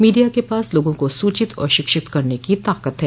media के पास लोगों का सूचित और शिक्षित करने की ताकत है